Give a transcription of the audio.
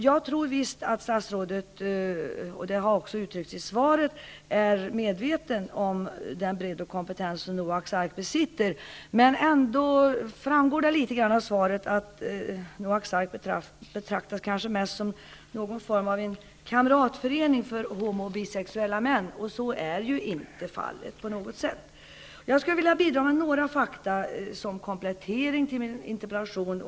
Jag tror visst att statsrådet -- det har också uttryckts i svaret -- är medveten om den bredd och kompetens som Noaks Ark besitter. Det framgår ändock litet av svaret att Noaks Ark kanske mest betraktas som någon form av kamratförening för homo och bisexuella män. Så är inte fallet på något sätt. Jag skulle vilja bidra med några fakta som komplettering till min interpellation.